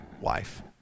wife